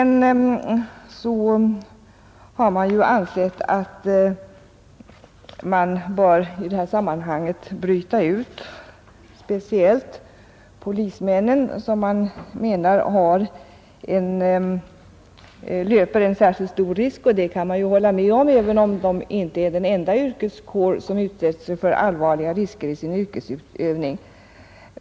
av brott Det har vidare ansetts att frågan om ersättning till polismän skulle brytas ut ur detta sammanhang för särskild behandling. Att polismännen löper särskilt stor risk kan man hålla med om, även om poliserna inte utgör den enda yrkeskår som utsätts för allvarliga risker i sin yrkesutövning.